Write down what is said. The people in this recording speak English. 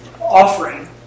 offering